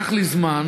לקח לי זמן,